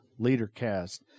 LeaderCast